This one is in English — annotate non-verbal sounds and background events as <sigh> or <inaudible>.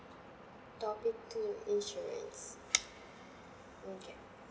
topic two insurance <noise> okay